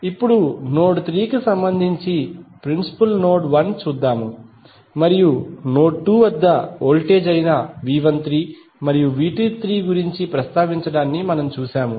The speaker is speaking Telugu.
ఇప్పుడు నోడ్ 3 కి సంబంధించి ప్రిన్సిపుల్ నోడ్ 1 మరియు 2 వద్ద వోల్టేజ్ అయినV13 మరియుV23గురించి ప్రస్తావించడాన్ని మనము చూశాము